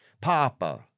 Papa